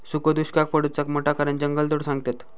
सुखो दुष्काक पडुचा मोठा कारण जंगलतोड सांगतत